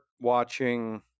watching